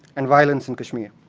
and violence in kashmir.